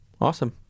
awesome